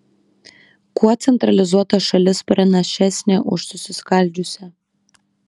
kuo centralizuota šalis pranašesnė už susiskaldžiusią